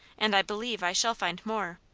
and i believe i shall find more.